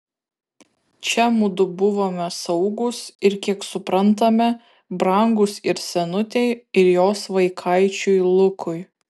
čia mudu buvome saugūs ir kiek suprantame brangūs ir senutei ir jos vaikaičiui lukui